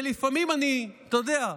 ולפעמים, אתה יודע,